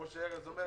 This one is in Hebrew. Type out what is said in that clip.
כמו שארז אומר,